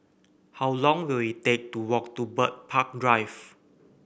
how long will it take to walk to Bird Park Drive